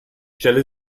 stelle